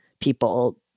people